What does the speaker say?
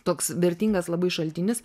toks vertingas labai šaltinis